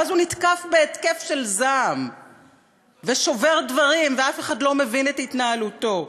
ואז הוא נתקף בהתקף של זעם ושובר דברים ואף אחד לא מבין את התנהלותו.